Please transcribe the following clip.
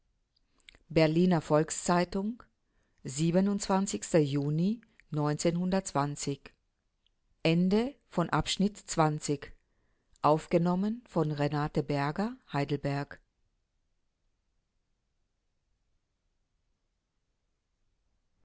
berliner volks-zeitung juni